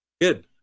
Good